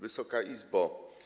Wysoka Izbo!